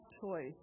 choice